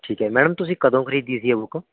ਠੀਕ ਹੈ ਮੈਡਮ ਤੁਸੀਂ ਕਦੋਂ ਖਰੀਦੀ ਸੀ ਇਹ ਬੁੱਕ